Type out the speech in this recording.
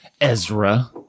Ezra